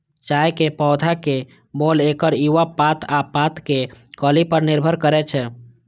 चायक पौधाक मोल एकर युवा पात आ पातक कली पर निर्भर करै छै